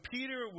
Peter